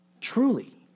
truly